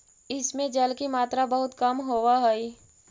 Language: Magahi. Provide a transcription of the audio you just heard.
इस में जल की मात्रा बहुत कम होवअ हई